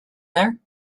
there